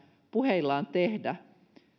puheillaan tehdä